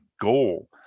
goal